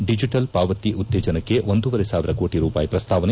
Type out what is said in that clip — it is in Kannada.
ಡಿಜೆಟಲ್ ಪಾವತಿ ಉತ್ತೇಜನಕ್ಕೆ ಒಂದೂವರೆ ಸಾವಿರ ಕೋಟ ರೂಪಾಯಿ ಪ್ರಸ್ತಾವನೆ